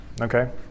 okay